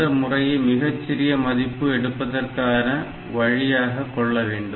இந்த முறையை மிகச் சிறிய மதிப்பு எடுப்பதற்கான வழியாக கொள்ள வேண்டும்